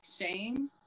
shame